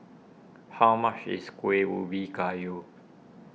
how much is Kueh Ubi Kayu